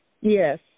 Yes